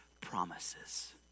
promises